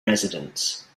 residents